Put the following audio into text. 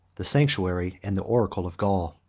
the sanctuary and the oracle of gaul.